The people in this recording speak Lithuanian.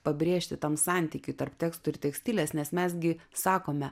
pabrėžti tam santykiui tarp teksto ir tekstilės nes mes gi sakome